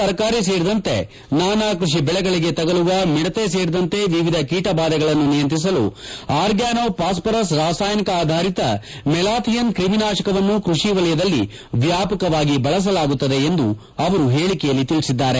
ತರಕಾರಿ ಸೇರಿದಂತೆ ನಾನಾ ಕೃಷಿ ಬೆಳೆಗಳಿಗೆ ತಗುಲುವ ಮಿಡತೆ ಸೇರಿದಂತೆ ವಿವಿಧ ಕೀಟಬಾಧೆಗಳನ್ನು ನಿಯಂತ್ರಿಸಲು ಆರ್ಗ್ಲಾನೊ ಫಾಸ್ವರಸ್ ರಾಸಾಯನಿಕ ಆಧಾರಿತ ಮೆಲಾಥಿಯನ್ ಕ್ರಿಮಿನಾಶಕವನ್ನು ಕೃಷಿ ವಲಯದಲ್ಲಿ ವ್ಲಾಪಕವಾಗಿ ಬಳಸಲಾಗುತ್ತದೆ ಎಂದು ಅವರು ಹೇಳಕೆಯಲ್ಲಿ ತಿಳಿಸಿದ್ದಾರೆ